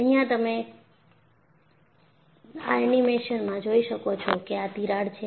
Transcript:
અહિયાં તમે આ એનિમેશનમાં જોઈ શકો છો કે આ તિરાડ છે